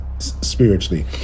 spiritually